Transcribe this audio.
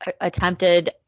attempted